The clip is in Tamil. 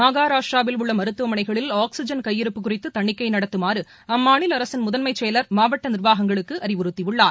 மகாராஷ்டராவில் உள்ளமருத்துவமனைகளில் ஆக்ஸிஐன் கையிருப்பு குறித்துதனிக்கைநடத்துமாறுஅம்மாநிலஅரசின் முதன்மைசெயல் மாவட்டநிர்வாகங்களுக்குஅறிவுறத்தியுள்ளார்